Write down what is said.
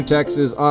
Texas